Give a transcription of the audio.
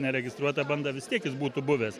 neregistruota banda vis tiek jis būtų buvęs